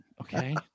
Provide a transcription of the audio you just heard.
Okay